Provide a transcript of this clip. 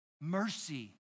mercy